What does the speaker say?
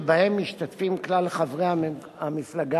שבהן משתתפים כלל חברי המפלגה,